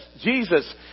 Jesus